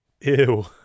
ew